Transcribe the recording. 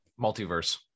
multiverse